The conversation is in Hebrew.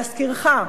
להזכירך,